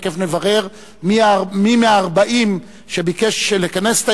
תיכף נברר מי מה-40 שביקש לכנס את